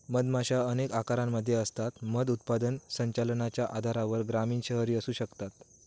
मधमाशा अनेक आकारांमध्ये असतात, मध उत्पादन संचलनाच्या आधारावर ग्रामीण, शहरी असू शकतात